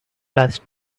last